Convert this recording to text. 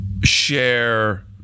share